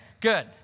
Good